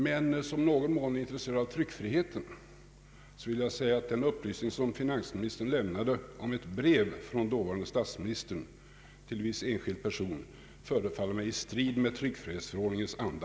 Men som i någon mån intresserad av tryckfriheten vill jag säga att den upplysning som finansministern lämnade om ett brev från dåvarande statsministern till viss enskild person förefaller mig i strid med tryckfrihetsförordningens anda.